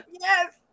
Yes